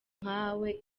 nkawe